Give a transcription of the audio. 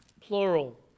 plural